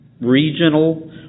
regional